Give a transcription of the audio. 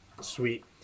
Sweet